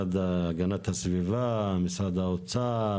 הגנת הסביבה, משרד האוצר?